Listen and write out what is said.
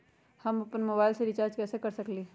हम अपन मोबाइल में रिचार्ज कैसे कर सकली ह?